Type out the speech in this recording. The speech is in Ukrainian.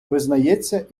визнається